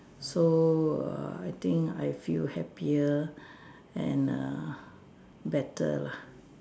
so err I think I feel happier and err better lah